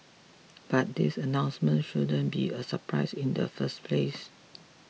but this announcement shouldn't be a surprise in the first place